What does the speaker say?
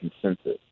consensus